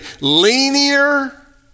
linear